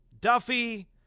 Duffy